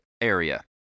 area